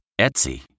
Etsy